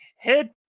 hit